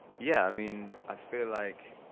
yeah, i mean, i feel like,